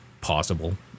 possible